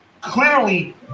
clearly